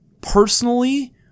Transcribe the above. personally